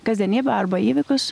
kasdienybę arba įvykius